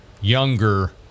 younger